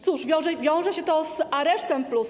Cóż, wiąże się to z aresztem+.